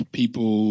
people